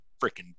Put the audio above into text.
freaking